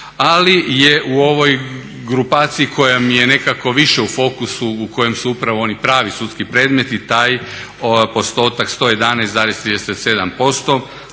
Ali je u ovoj grupaciji koja mi je nekako više u fokusu u kojem su upravo oni pravi sudski predmeti taj postotak 111,37%.